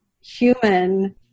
human